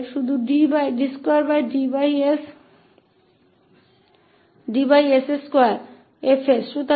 तोt2f का यह लाप्लास रूपांतर केवल d2ds2F होगा